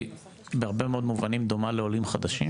בהרבה מאוד מובנים דומה לעולים חדשים,